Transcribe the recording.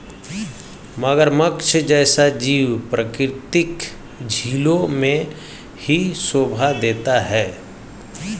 मगरमच्छ जैसा जीव प्राकृतिक झीलों में ही शोभा देता है